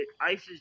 Isis